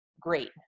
great